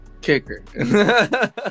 kicker